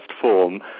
form